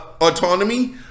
autonomy